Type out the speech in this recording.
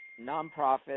nonprofit